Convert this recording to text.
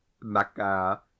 Maka